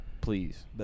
please